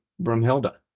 brumhilda